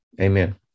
amen